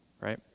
right